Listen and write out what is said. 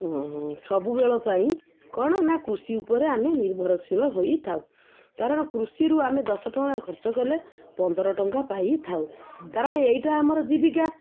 ସବୁବେଳ ପାଇଁ କଣ ନା କୃଷି ଉପରେ ଆମେ ନିର୍ଭରଶୀଳ ହୋଇଥାଉ କାରଣ କୃଷିରୁ ଆମେ ଦଶ ଟଙ୍କା ଖର୍ଚ୍ଚ କଲେ ପନ୍ଦର ଟଙ୍କା ପାଇଥାଉ କାରଣ ଏଇଟା ଆମର ଜୀବିକା